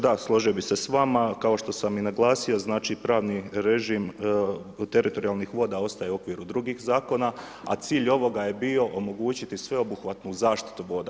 Da, složio bih se s vama, kao što sam i naglasio znači pravni režim teritorijalnih voda ostaje u okviru drugih zakona, a cilj ovoga je bio omogućiti sveobuhvatnu zaštitu voda.